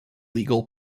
legal